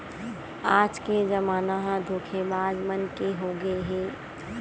आज के जमाना ह धोखेबाज मन के होगे हे